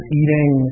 eating